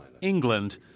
England